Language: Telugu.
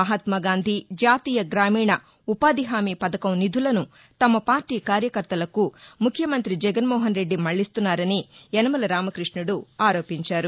మహాత్మ గాంధీ జాతీయ గ్రామీణ ఉపాధి హామీ పథకం నిధులను తమ పార్టీ కార్యకర్తలకు ముఖ్యమంతి జగన్మోహన్ రెడ్డి మళ్ళీస్తున్నారని యనమల రామకృష్ణుడు ఆరోపించారు